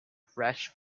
fresh